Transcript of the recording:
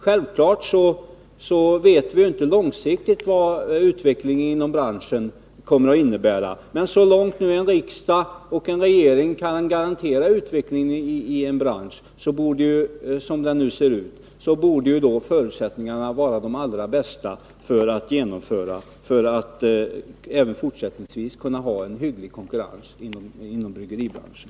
Självfallet vet vi inte vad utvecklingen inom bryggeribranschen långsiktigt kommer att innebära. Men så långt en riksdag och en regering kan garantera utvecklingen i en bransch, som denna bransch nu ser ut, borde förutsättningarna vara de allra bästa för att man även fortsättningsvis skall kunna ha en hygglig konkurrens inom bryggeribranschen.